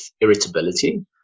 irritability